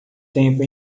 tempo